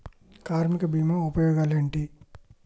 కార్మిక బీమా ఉపయోగాలేంటి?